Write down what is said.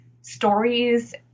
stories